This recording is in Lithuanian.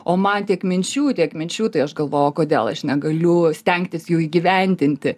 o man tiek minčių tiek minčių tai aš galvoju kodėl aš negaliu stengtis jų įgyvendinti